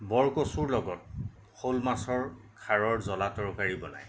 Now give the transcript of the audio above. বৰকচুৰ লগত শ'ল মাছৰ খাৰৰ জ্বলা তৰকাৰী বনাই